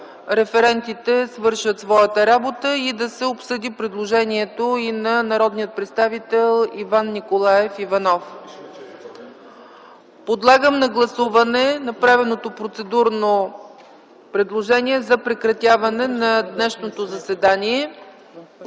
референтите да свършат своята работа, като се обсъди и предложението на народния представител Иван Николаев Иванов. Подлагам на гласуване направеното процедурно предложение за прекратяване на днешното заседание.